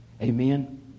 Amen